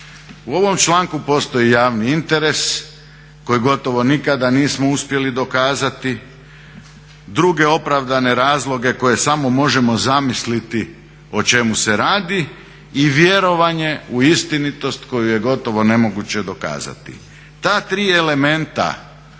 U ovom članku postoji javni interes koji gotovo nikada nismo uspjeli dokazati, druge opravdane razloge koje samo možemo zamisliti o čemu se radi i vjerovanje u istinitost koju je gotovo nemoguće dokazati. Ta tri elementa